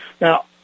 Now